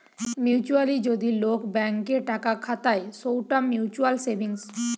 mutually যদি লোক bank এ টাকা খাতায় সৌটা মিউচুয়াল সেভিংস